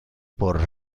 por